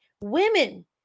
women